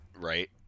Right